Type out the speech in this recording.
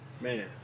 Man